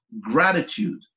gratitude